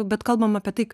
bet kalbam apie tai